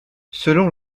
selon